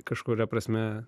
kažkuria prasme